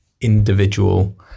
individual